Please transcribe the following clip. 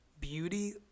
beauty